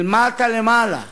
מלמטה למעלה.